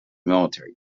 military